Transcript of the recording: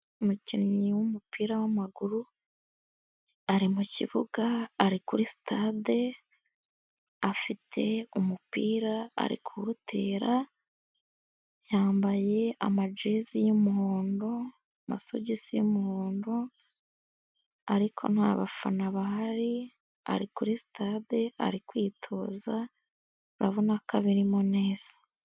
Umukinnyi w'umupira w'amaguru, ari mukibuga, ari kuri sitade afite umupira, arikuwutera, yambaye amagezi y'umuhondo, amasogisi y'umuhondo ariko nta bafana bahari ari kuri sitade ari kwitoza urabona ko kabirimo neza.